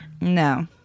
No